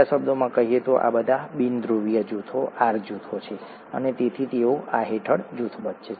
બીજા શબ્દોમાં કહીએ તો આ બધા બિનધ્રુવીય જૂથો આર જૂથો છે અને તેથી તેઓ આ હેઠળ જૂથબદ્ધ છે